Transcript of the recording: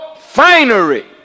finery